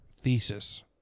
thesis